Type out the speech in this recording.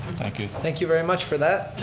thank you thank you very much for that.